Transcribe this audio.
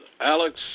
Alex